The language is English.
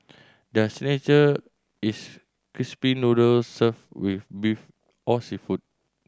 their is crispy noodles served with beef or seafood